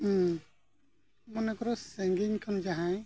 ᱦᱮᱸ ᱢᱚᱱᱮ ᱠᱚᱨᱚ ᱥᱟᱺᱜᱤᱧ ᱠᱷᱚᱱ ᱡᱟᱦᱟᱸᱭ